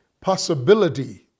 possibility